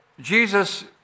Jesus